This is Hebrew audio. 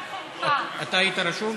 אתה היית רשום?